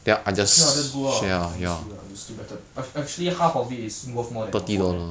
okay lah that's good lah honestly lah that's still better act~ actually half of it is worth more than your phone leh